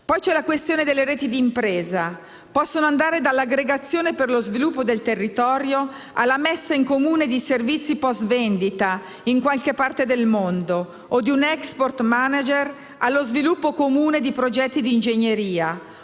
Poi c'è la questione delle reti d'impresa. Possono andare dall'aggregazione per lo sviluppo del territorio alla messa in comune di servizi *post*-vendita in qualche parte del mondo o di un *export manager*, allo sviluppo comune di progetti di ingegneria.